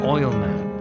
Oilman